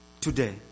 today